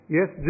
Yes